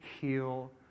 heal